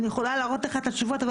אני יכולה להראות לך את התשובות אבל